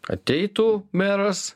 ateitų meras